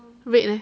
rate leh